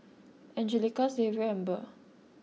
Angelica Xavier and Burr